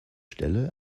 stelle